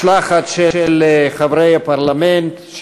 ומשלחת של חברי הפרלמנט,